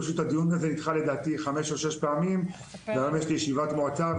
פשוט הדיון הזה נדחה חמש-שש פעמים והיום יש לי ישיבת מועצה,